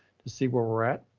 to see where we're at.